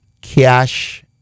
Cash